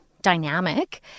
dynamic